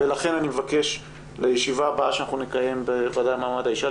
ולכן אני מבקש לישיבה הבאה שאנחנו נקיים בוועדה למעמד האישה,